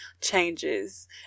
changes